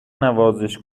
نوازش